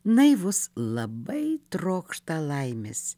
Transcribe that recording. naivus labai trokšta laimės